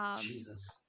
Jesus